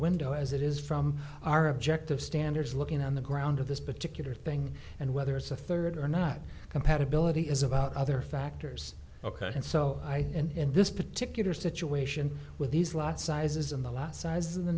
window as it is from our objective standards looking on the ground of this particular thing and whether it's the third or not compatibility is about other factors ok and so i in this particular situation with these lot sizes in the last size of the